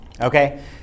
Okay